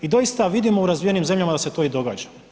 I doista vidimo u razvijenim zemljama da se to i događa.